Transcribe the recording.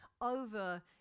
over